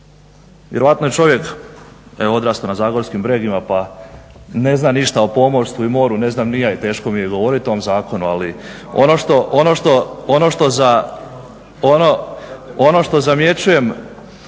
Vjerojatno je čovjek evo odrastao na zagorskim bregima pa ne zna ništa o pomorstvu i moru. Ne znam ni ja i teško mi je govorit o ovom zakonu, ali ono što zamjećujem